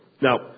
Now